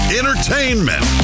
entertainment